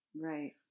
Right